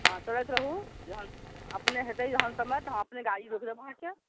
अहाँ चलैत रहू जहन अपने हेतै जहन समय तऽ हम अपने गाड़ी रोकि देब अहाँके